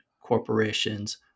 corporations